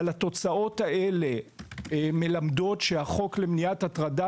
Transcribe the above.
אבל התוצאות האלה מלמדות שהחוק למניעת הטרדה